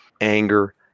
anger